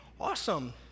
awesome